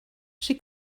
she